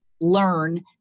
learn